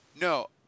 No